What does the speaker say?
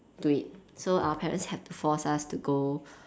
to it so our parents have to force us to go